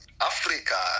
Africa